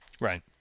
Right